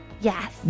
Yes